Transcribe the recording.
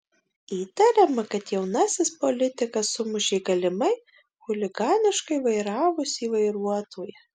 įtariama kad jaunasis politikas sumušė galimai chuliganiškai vairavusį vairuotoją